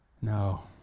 No